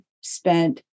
spent